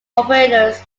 operators